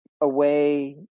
away